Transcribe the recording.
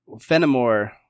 Fenimore